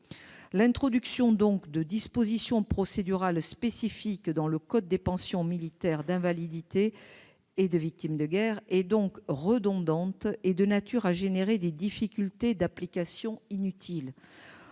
l'introduction de dispositions procédurales spécifiques dans le code des pensions militaires d'invalidité et des victimes de guerre serait redondante et de nature à engendrer des difficultés d'application inutiles.